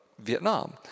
Vietnam